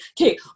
okay